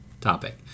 topic